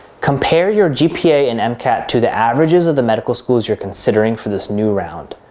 compare your gpa and mcat to the averages of the medical schools you're considering for this new round.